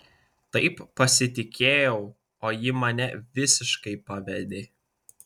taip pasitikėjau o ji mane visiškai pavedė